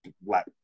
black